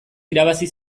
irabazi